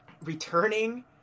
returning